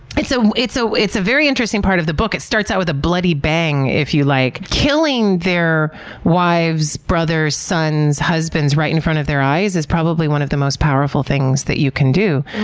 it's so a so it's a very interesting part of the book. it starts out with a bloody bang, if you like. killing their wives, brothers, sons, husbands, right in front of their eyes is probably one of the most powerful things that you can do.